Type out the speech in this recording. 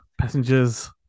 Passengers